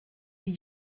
die